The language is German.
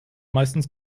meistens